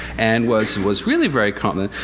and was was really very competent.